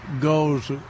goes